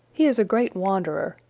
he is a great wanderer,